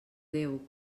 déu